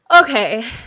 Okay